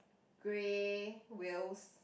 grey wheels